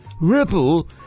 Ripple